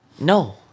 No